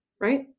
Right